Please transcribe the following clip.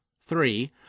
three